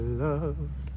love